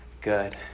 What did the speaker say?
good